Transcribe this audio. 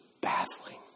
baffling